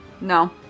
no